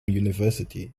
university